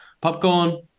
popcorn